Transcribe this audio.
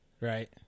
Right